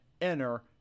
enter